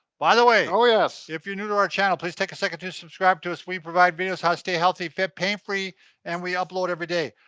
by the way! oh yes! if you're new to our channel please take a second to subscribe to us, we provide videos how to stay healthy, fit, pain free and we upload every day.